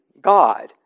God